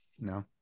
no